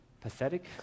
Pathetic